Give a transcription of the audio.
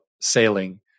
sailing